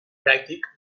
pràctic